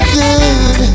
good